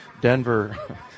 Denver